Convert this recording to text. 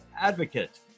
advocate